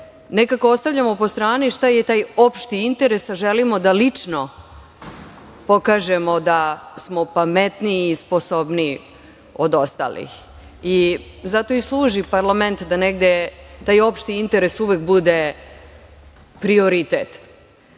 nekako ostavljamo po strani šta je taj opšti interes, a želimo da lično pokažemo da smo pametniji i sposobniji od ostalih i zato i služi parlament da negde taj opšti interes uvek bude prioritet. Drago